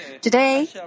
Today